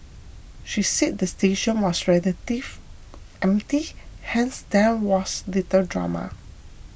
she said the station was relatively empty hence there was little drama